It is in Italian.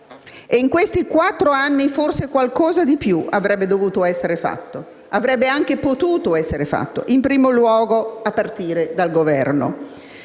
In questi quattro anni forse qualcosa di più avrebbe dovuto essere fatto e avrebbe anche potuto essere fatto, in primo luogo a partire dal Governo.